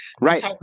right